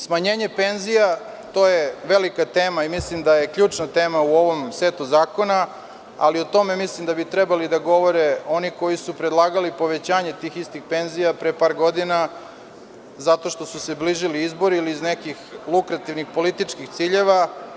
Smanjenje penzija, to je velika tema i mislim da je ključna tema u ovom setu zakona, ali o tome mislim da bi trebali da govore oni koji su predlagali povećanje tih istih penzija pre par godina, zato što su se bližili izbori ili iz nekih lukrativnih političkih ciljeva.